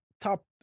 top